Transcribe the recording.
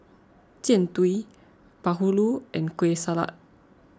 Jian Dui Bahulu and Kueh Salat